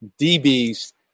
DB's